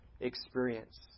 experience